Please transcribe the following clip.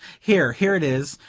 here here it is,